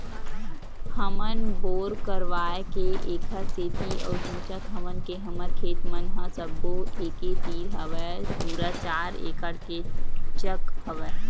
हमन बोर करवाय के ऐखर सेती अउ सोचत हवन के हमर खेत मन ह सब्बो एके तीर हवय पूरा चार एकड़ के चक हवय